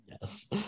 Yes